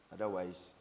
Otherwise